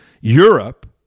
Europe